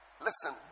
listen